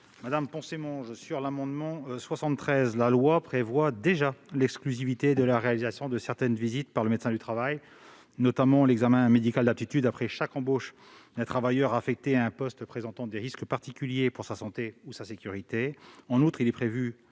S'agissant de l'amendement n° 73, la loi prévoit déjà l'exclusivité de la réalisation de certaines visites par le médecin du travail, notamment l'examen médical d'aptitude après chaque embauche d'un travailleur affecté à un poste présentant des risques particuliers pour sa santé ou sa sécurité. En outre, il est prévu